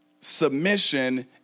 submission